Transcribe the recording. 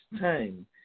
time